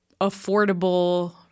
affordable